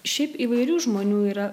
šiaip įvairių žmonių yra